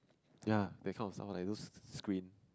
ya that kind of stuff lah like those kind of screen